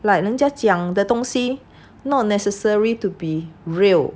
like 人家讲的东西 not necessary to be real